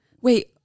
wait